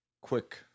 quick